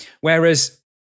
Whereas